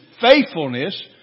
faithfulness